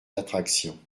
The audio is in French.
d’attractions